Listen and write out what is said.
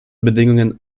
bedingungen